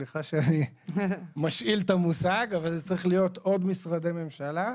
סליחה שאני משאיל את המושג זה צריך להיות עוד משרדי ממשלה,